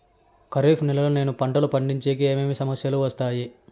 ఖరీఫ్ నెలలో నేను పంటలు పండించేకి ఏమేమి సమస్యలు వస్తాయి?